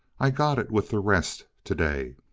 i got it with the rest to-day.